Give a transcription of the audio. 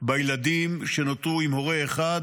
בילדים שנותרו עם הורה אחד,